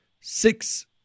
six